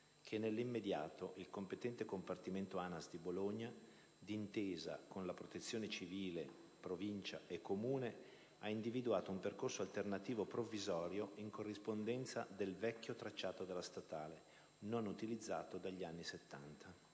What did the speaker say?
che, nell'immediato, il competente compartimento ANAS di Bologna, d'intesa con la Protezione civile, con la Provincia e il Comune, ha individuato un percorso alternativo provvisorio in corrispondenza del vecchio tracciato della statale, non utilizzato dagli anni Settanta,